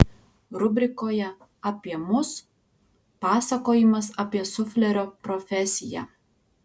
rubrikoje apie mus pasakojimas apie suflerio profesiją